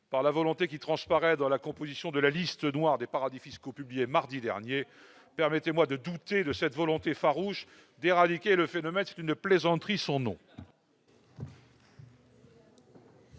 par la volonté qui transparaît dans la composition de la liste noire des paradis fiscaux publiée mardi dernier, permettez-moi de douter de cette volonté farouche d'éradiquer le phénomène, c'est une plaisanterie, son nom.